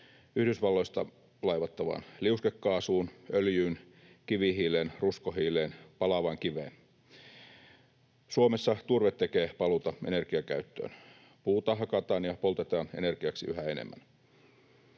Yhdysvalloista laivattavaan liuskekaasuun, öljyyn, kivihiileen, ruskohiileen, palavaan kiveen. Suomessa turve tekee paluuta energiakäyttöön, puuta hakataan ja poltetaan energiaksi yhä enemmän.